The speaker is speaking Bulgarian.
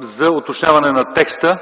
за уточняване на текста.